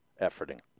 Efforting